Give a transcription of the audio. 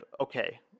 okay